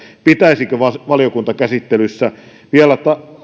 pitäisikö valiokuntakäsittelyssä vielä